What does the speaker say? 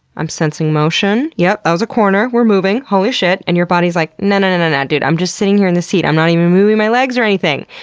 i'm sensing motion. yep that was a corner, we're moving, holy shit. and your body's like, nah nah and nah nah, dude i'm just sitting here in this seat. i'm not even moving my legs or anything.